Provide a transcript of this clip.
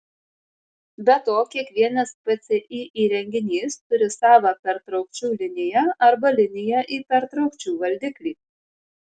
be to kiekvienas pci įrenginys turi savą pertraukčių liniją arba liniją į pertraukčių valdiklį